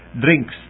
drinks